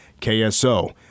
KSO